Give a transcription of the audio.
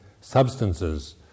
substances